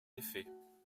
effets